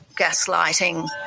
gaslighting